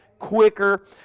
quicker